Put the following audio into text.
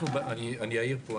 אני אעיר פה.